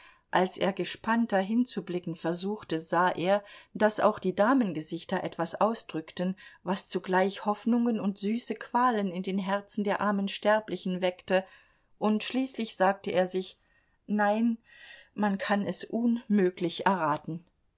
als er gespannter hinzublicken versuchte sah er daß auch die damengesichter etwas ausdrückten was zugleich hoffnungen und süße qualen in den herzen der armen sterblichen weckte und schließlich sagte er sich nein man kann es unmöglich erraten